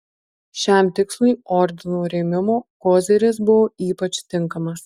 šiam tikslui ordino rėmimo koziris buvo ypač tinkamas